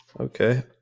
okay